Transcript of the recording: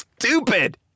Stupid